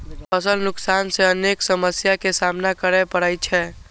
फसल नुकसान सं अनेक समस्या के सामना करै पड़ै छै